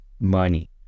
money